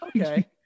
Okay